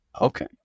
Okay